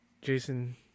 Jason